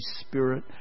Spirit